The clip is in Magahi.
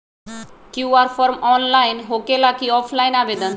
कियु.आर फॉर्म ऑनलाइन होकेला कि ऑफ़ लाइन आवेदन?